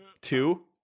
two